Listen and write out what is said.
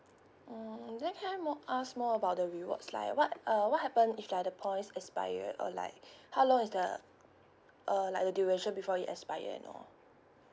mm then can I ask more about the rewards like what uh what happen if like the points expired or like how long is the uh like the duration before it expire and all